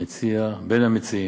המציע, בין המציעים,